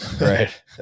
right